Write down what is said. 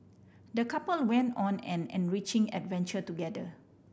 the couple went on an enriching adventure together